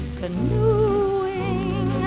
canoeing